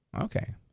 Okay